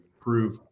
prove